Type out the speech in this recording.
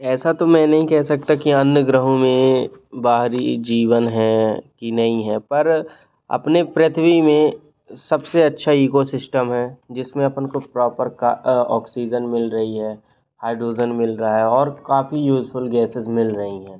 ऐसा तो मैं नहीं कह सकता कि अन्य ग्रहों में बाहरी जीवन हैं कि नहीं है पर अपने पृथ्वी में सबसे अच्छा ईको सिस्टम है जिसमें अपन को प्रॉपर का ऑक्सीजन मिल रही है हाइड्रोजन मिल रहा है और काफ़ी यूजफुल गैसेस मिल रहीं हैं